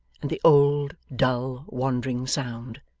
and the old, dull, wandering sound.